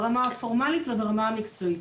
ברמה הפורמלית וברמה המקצועית.